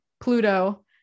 Pluto